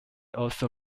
also